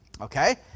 okay